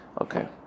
Okay